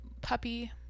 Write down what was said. puppy